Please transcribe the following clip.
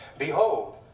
Behold